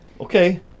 Okay